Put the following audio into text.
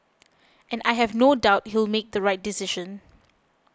and I have no doubt he'll make the right decision